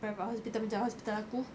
private hospital macam hospital aku